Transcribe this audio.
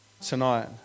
Tonight